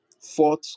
fourth